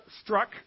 struck